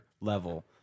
level